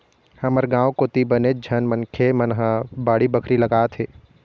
हमर गाँव कोती बनेच झन मनखे मन ह बाड़ी बखरी लगाथे